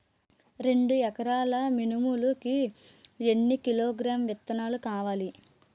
రెండు ఎకరాల మినుములు కి ఎన్ని కిలోగ్రామ్స్ విత్తనాలు కావలి?